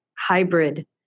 hybrid